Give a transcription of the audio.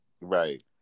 Right